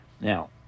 Now